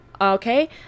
okay